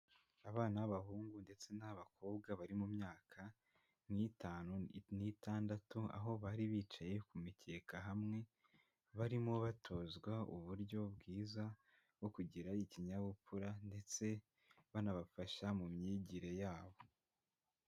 Abana b'abahungu ndetse n'abakobwa bari mu myaka nk'itanu n'itandatu, aho bari bicaye ku mikeka hamwe, barimo batozwa uburyo bwiza bwo kugira ikinyabupfura ndetse banabafasha mu myigire yabo.